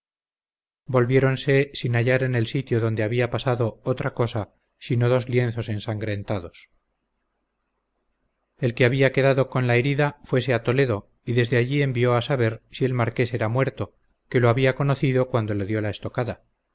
hombres volvieronse sin hallar en el sitio donde había pasado otra cosa sino dos lienzos ensangrentados el que había quedado con la herida fuese a toledo y desde allí envió a saber si el marqués era muerto que lo había conocido cuando le dió la estocada